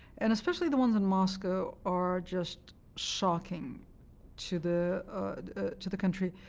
and especially the ones in moscow are just shocking to the to the country.